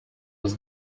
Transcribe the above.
was